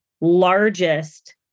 largest